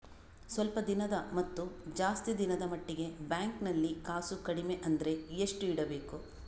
ಸ್ವಲ್ಪ ದಿನದ ಮತ್ತು ಜಾಸ್ತಿ ದಿನದ ಮಟ್ಟಿಗೆ ಬ್ಯಾಂಕ್ ನಲ್ಲಿ ಕಾಸು ಕಡಿಮೆ ಅಂದ್ರೆ ಎಷ್ಟು ಇಡಬೇಕು?